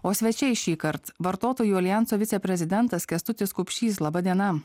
o svečiai šįkart vartotojų aljanso viceprezidentas kęstutis kupšys laba diena